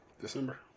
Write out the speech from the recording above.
December